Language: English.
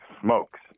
smokes